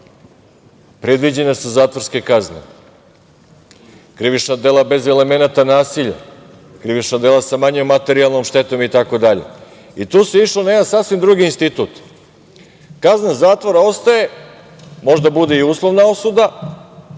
predviđene su zakonske kazne, krivična dela bez elemenata nasilja, krivična dela sa manjom materijalnom štetom itd. I tu se išlo na jedan sasvim drugi institut, kazna zatvora ostaje, možda bude i uslovna osuda,